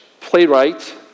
playwright